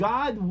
God